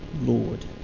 Lord